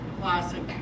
classic